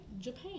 Japan